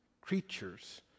creatures